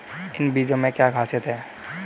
इन बीज में क्या क्या ख़ासियत है?